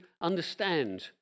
understand